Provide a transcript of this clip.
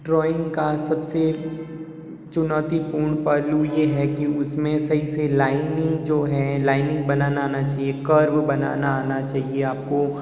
drawing का सबसे चुनौतीपूर्ण पहलू ये है कि उसमें सही से लाइनिंग जो है लाइनिंग बनाना आना चाहिए कर्व बनाना आना चाहिए आपको